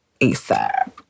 ASAP